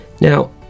now